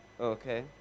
okay